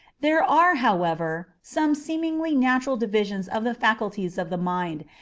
there are, however, some seemingly natural divisions of the faculties of the mind,